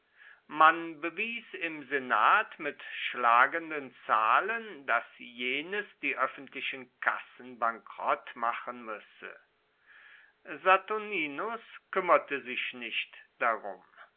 man bewies im senat mit schlagenden zahlen daß jenes die öffentlichen kassen bankrott machen müsse saturninus kümmerte sich nicht darum